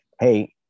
Hey